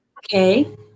Okay